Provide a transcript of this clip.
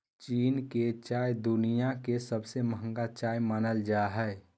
चीन के चाय दुनिया के सबसे महंगा चाय मानल जा हय